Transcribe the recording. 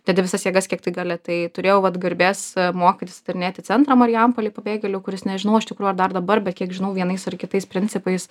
dedi visas jėgas kiek tik gali tai turėjau vat garbės mokytis atidarinėti centrą marijampolėj pabėgėlių kuris nežinau iš tikrųjų ar dar dabar bet kiek žinau vienais ar kitais principais